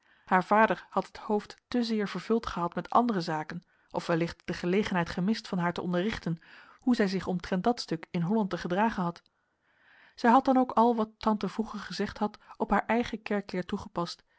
haar vader had het hoofd te zeer vervuld gehad met andere zaken of wellicht de gelegenheid gemist van haar te onderrichten hoe zij zich omtrent dat stuk in holland te gedragen had zij had dan ook al wat tante vroeger gezegd had op haar eigen kerkleer toegepast